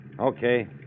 okay